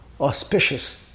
auspicious